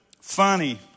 funny